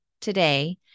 today